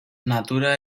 natura